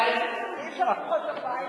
אוהבים אותך, ראש ממשלתנו.